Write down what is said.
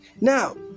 Now